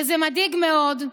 וזה מדאיג מאוד.